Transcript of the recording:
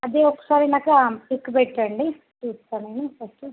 అది ఒకసారి నాకు పిక్ పెట్టండి చూస్తాను నేను ఫస్టు